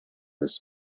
his